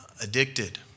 addicted